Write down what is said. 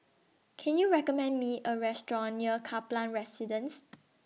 Can YOU recommend Me A Restaurant near Kaplan Residence